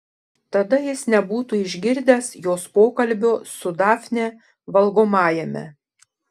tada jis nebūtų išgirdęs jos pokalbio su dafne valgomajame